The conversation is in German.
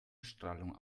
strahlung